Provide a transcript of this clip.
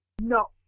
No